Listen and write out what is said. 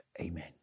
Amen